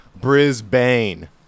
Brisbane